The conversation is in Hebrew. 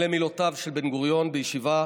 אלו מילותיו של בן-גוריון בישיבה